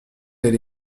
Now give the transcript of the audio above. elle